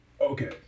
okay